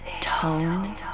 Tone